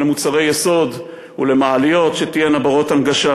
ולמוצרי יסוד ולמעליות שתהיינה בנות הנגשה,